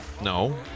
no